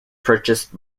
purchased